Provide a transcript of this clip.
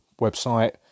website